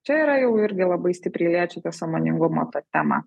čia yra jau irgi labai stipriai liečiate sąmoningumą tą temą